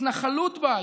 ההתנחלות בה,